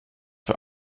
für